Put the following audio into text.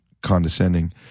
condescending